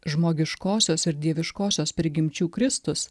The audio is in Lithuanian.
žmogiškosios ir dieviškosios prigimčių kristus